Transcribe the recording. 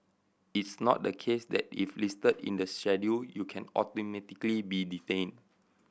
it's not the case that if listed in the Schedule you can automatically be detained